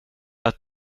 att